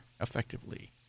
effectively